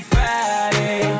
Friday